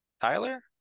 Tyler